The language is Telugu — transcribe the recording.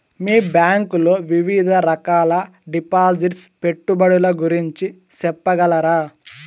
మీ బ్యాంకు లో వివిధ రకాల డిపాసిట్స్, పెట్టుబడుల గురించి సెప్పగలరా?